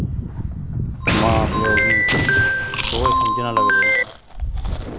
मां प्यो गी बोझ समझन लगी पौंदे